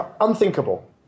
unthinkable